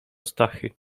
stachy